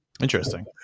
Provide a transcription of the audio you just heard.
Interesting